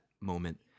moment